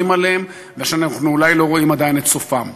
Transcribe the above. עליהם ושאנחנו אולי לא רואים עדיין את סופם.